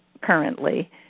currently